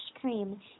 cream